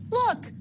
look